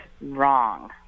wrong